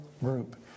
group